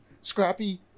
Scrappy